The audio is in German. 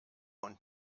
und